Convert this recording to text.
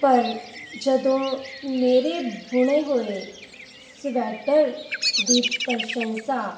ਪਰ ਜਦੋਂ ਮੇਰੇ ਬੁਣੇ ਹੋਏ ਸਵੈਟਰ ਦੀ ਪ੍ਰਸ਼ੰਸਾ